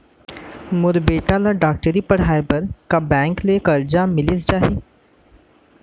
मोर बेटा ल डॉक्टरी पढ़ाये बर का बैंक ले करजा मिलिस जाही?